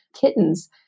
kittens